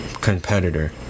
competitor